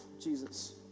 Jesus